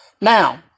Now